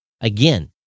Again